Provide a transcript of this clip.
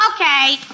Okay